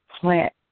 plant